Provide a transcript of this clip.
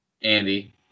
Andy